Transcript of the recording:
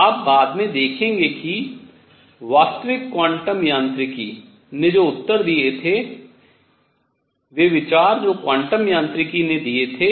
आप बाद में देखेंगे कि वास्तविक क्वांटम यांत्रिकी ने जो उत्तर दिए थे वे विचार जो वास्तविक क्वांटम यांत्रिकी ने दिए थे